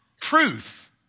truth